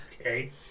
Okay